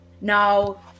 Now